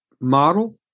model